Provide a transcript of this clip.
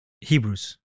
Hebrews